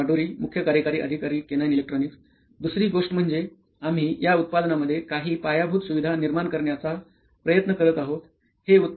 सिद्धार्थ माटुरी मुख्य कार्यकारी अधिकारीकेनोईंन इलेक्ट्रॉनीक्स दुसरी गोष्ट म्हणजे आम्ही या उत्पादनामध्ये काही पायाभूत सुविधा निर्माण करण्याचा प्रयत्न करत आहोत